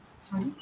Sorry